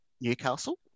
Newcastle